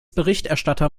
berichterstatter